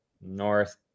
North